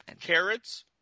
Carrots